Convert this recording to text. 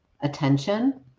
attention